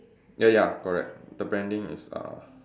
ya ya correct the branding is uh